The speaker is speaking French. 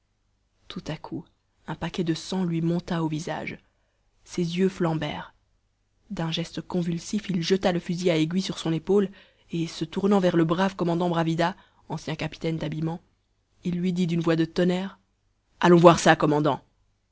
tout à coup un paquet de sang lui monta au visage ses yeux flambèrent d'un geste convulsif il jeta le fusil à aiguille sur son épaule et se tournant vers le brave commandant bravida ancien capitaine d'habillement il lui dit d'une voix de tonnerre allons voir ça commandant